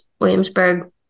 Williamsburg